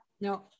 No